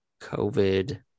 COVID